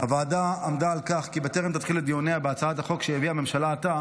הוועדה עמדה על כך שבטרם תתחיל את דיוניה בהצעת החוק שהביאה הממשלה עתה